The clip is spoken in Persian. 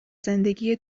زندگی